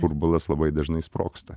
burbulas labai dažnai sprogsta